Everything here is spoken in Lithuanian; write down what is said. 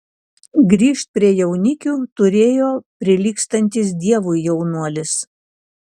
grįžt prie jaunikių turėjo prilygstantis dievui jaunuolis